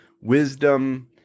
Wisdom